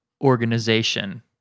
Organization